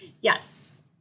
Yes